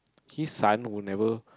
his son will never